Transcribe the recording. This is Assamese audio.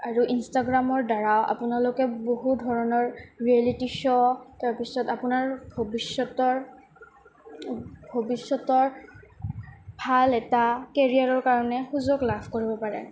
আৰু ইনষ্টাগ্ৰামৰ দ্বাৰা আপোনালোকে বহু ধৰণৰ ৰিয়েলিটি শ্ব' তাৰপিছত আপোনাৰ ভৱিষ্যতৰ ভৱিষ্যতৰ ভাল এটা কেৰিয়াৰৰ কাৰণে সুযোগ লাভ কৰিব পাৰে